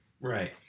Right